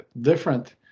different